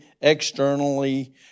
externally